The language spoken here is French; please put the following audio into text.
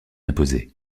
imposés